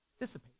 dissipate